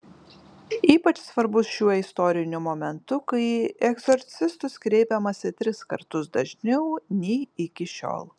ypač svarbus šiuo istoriniu momentu kai į egzorcistus kreipiamasi tris kartus dažniau nei iki šiol